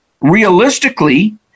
realistically